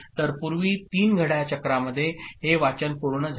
तर पूर्वी तीन घड्याळ चक्रामध्ये हे वाचन पूर्ण झाले